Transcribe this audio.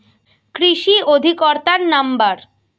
কৃষি অধিকর্তার নাম্বার?